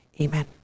Amen